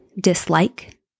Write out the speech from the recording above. dislike